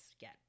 get